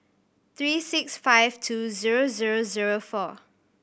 three six five two zero zero zero four